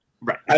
Right